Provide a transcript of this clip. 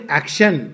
action